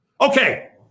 Okay